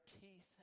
teeth